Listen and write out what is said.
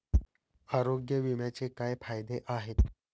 आरोग्य विम्याचे काय फायदे आहेत?